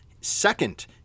second